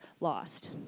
lost